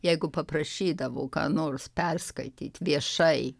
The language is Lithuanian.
jeigu paprašydavo ką nors perskaityt viešai